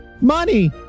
Money